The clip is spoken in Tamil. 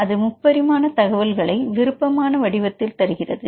அது முப்பரிமாண தகவல்களை விருப்பமான வடிவத்தில் தருகிறது